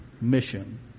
mission